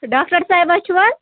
doctor صاحبہ چھُ حظ